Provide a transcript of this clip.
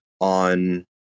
on